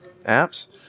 apps